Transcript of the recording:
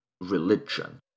religion